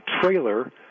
trailer